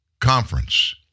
Conference